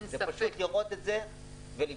פשוט לראות את זה ולבכות.